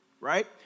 Right